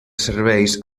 serveis